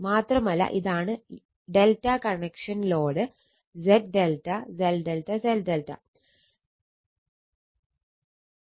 മാത്രമല്ല ഇതാണ് ∆ connection load Z ∆ Z ∆ Z ∆